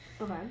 okay